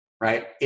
Right